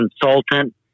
consultant